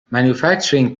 manufacturing